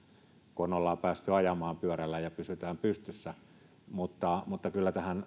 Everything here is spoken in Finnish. kun ollaan päästy ajamaan pyörällä ja pysytään pystyssä mutta mutta kyllä tähän